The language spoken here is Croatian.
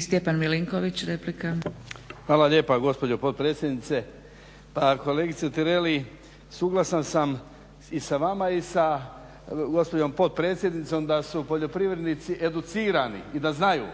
Stjepan (HDZ)** Hvala lijepa gospođo potpredsjednice. Pa kolegice Tireli, suglasan sam i sa vama i sa gospođom potpredsjednicom da su poljoprivrednici educirani i da znaju